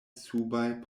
subaj